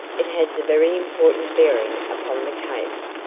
it has a very important bearing upon the case,